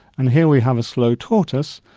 and here we have a slow tortoise.